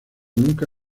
nunca